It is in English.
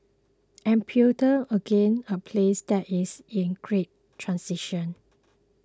Ethiopia again a place that is in great transition